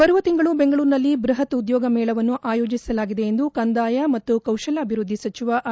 ಬರುವ ತಿಂಗಳು ಬೆಂಗಳೂರಿನಲ್ಲಿ ಬೃಹತ್ ಉದ್ಯೋಗ ಮೇಳವನ್ನು ಆಯೋಜಿಸಲಾಗಿದೆ ಎಂದು ಕಂದಾಯ ಮತ್ತು ಕೌಶಲ್ಯಾಭಿವೃದ್ದಿ ಸಚಿವ ಆರ್